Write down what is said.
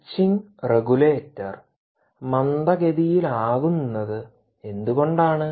switching regulator മന്ദഗതിയിലാകുന്നത് എന്തുകൊണ്ടാണ്